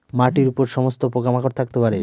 মাটির উপর সমস্ত পোকা মাকড় থাকতে পারে